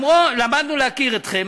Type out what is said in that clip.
למדנו להכיר אתכם,